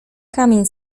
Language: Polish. kamień